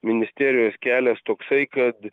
ministerijos kelias toksai kad